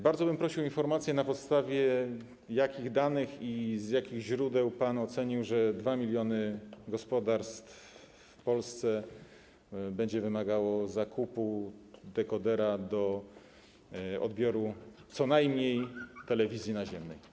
Bardzo bym prosił o informację, na podstawie jakich danych i jakich źródeł pan ocenił, że 2 mln gospodarstw w Polsce będzie wymagało zakupu dekodera do odbioru co najmniej telewizji naziemnej.